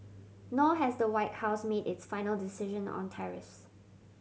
nor has the White House made its final decision on tariffs